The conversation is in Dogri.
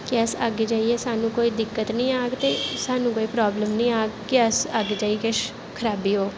के अस अग्गें जाइयै सानूं कोई दिक्कत निं आह्ग ते सानूं कोई प्राब्लम निं आहग कि अस अग्गें जाइयै किश खराबी होग